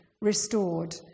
restored